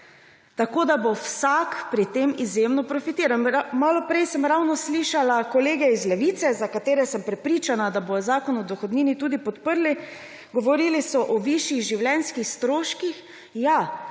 Tako da bo vsak pri tem izjemno profitiral. Malo prej sem ravno slišala kolege iz Levice, za katere sem prepričana, da bodo zakon o dohodnini podprli, govorili so o višjih življenjskih stroških.